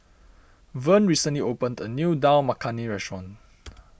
Vern recently opened a new Dal Makhani restaurant